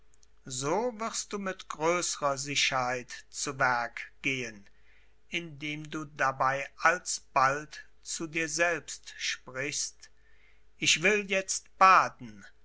so wirst du mit größerer sicherheit zu werk gehen indem du dabei alsbald zu dir selbst sprichst ich will jetzt baden